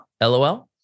LOL